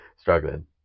Struggling